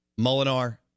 Molinar